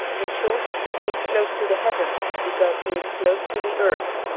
in short, he is close to the heavens because he is close to the earth.